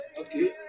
okay